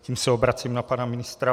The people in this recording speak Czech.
Tím se obracím na pana ministra.